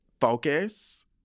focus